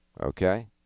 okay